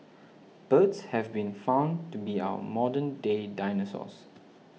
birds have been found to be our modern day dinosaurs